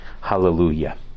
Hallelujah